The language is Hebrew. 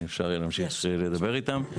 אם אפשר יהיה להמשיך לדבר איתם,